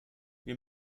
wir